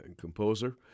composer